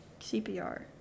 CPR